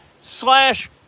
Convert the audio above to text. slash